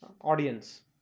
audience